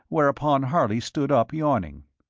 whereupon harley stood up, yawning.